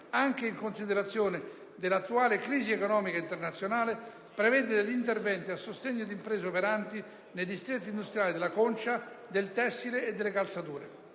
anche in considerazione dell'attuale crisi economica internazionale, prevede degli interventi a sostegno di imprese operanti nei distretti industriali della concia, del tessile e delle calzature.